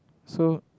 so